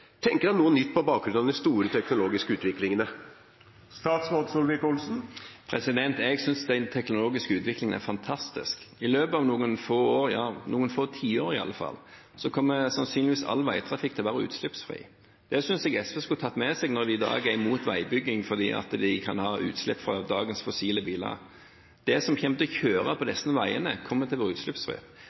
tenker han nå nytt på bakgrunn av de store teknologiske utviklingene? Jeg synes den teknologiske utviklingen er fantastisk. I løpet av noen få år, ja i løpet av noen få tiår i alle fall, kommer sannsynligvis all veitrafikk til å være utslippsfri. Det synes jeg SV skulle tatt med seg når de i dag er mot veibygging fordi det kan medføre utslipp fra dagens fossile biler. Det som kommer til å kjøre på disse veiene, kommer til